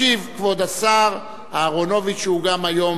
ישיב כבוד השר אהרונוביץ, שהוא גם היום